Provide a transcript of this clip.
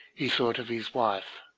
he thought of his wife.